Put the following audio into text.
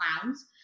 clowns